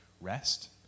rest